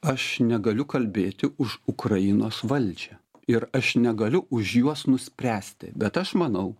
aš negaliu kalbėti už ukrainos valdžią ir aš negaliu už juos nuspręsti bet aš manau